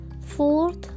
fourth